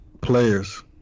players